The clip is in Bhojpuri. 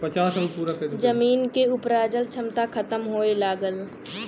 जमीन के उपराजल क्षमता खतम होए लगल